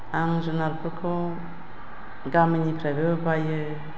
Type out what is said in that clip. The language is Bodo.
आं जुनारफोरखौ गामिनिफ्रायबो बायो